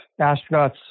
astronauts